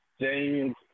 James